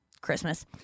Christmas